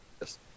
Yes